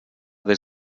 des